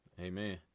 amen